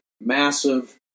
massive